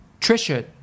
Trisha